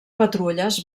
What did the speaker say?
patrulles